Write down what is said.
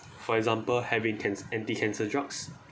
for example having can~ anti cancer drugs